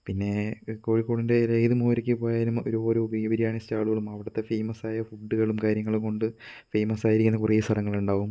പിന്നെ കോഴിക്കോടിൻ്റെ ഏതു മൂലയ്ക്ക് പോയാലും നമുക്ക് ഓരോരോ ബീഫ് ബിരിയാണി സ്റ്റാളുകളും അവിടുത്തെ ഫേമസ് ആയ ഫുഡ്ഡുകളും കാര്യങ്ങളും കൊണ്ട് ഫേമസ് ആയിരിക്കുന്ന കുറെ സ്ഥലങ്ങളുണ്ടാകും